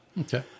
Okay